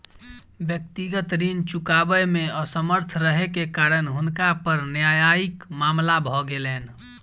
व्यक्तिगत ऋण चुकबै मे असमर्थ रहै के कारण हुनका पर न्यायिक मामला भ गेलैन